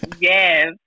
Yes